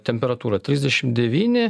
temperatūra trisdešim devyni